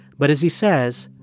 but as he says,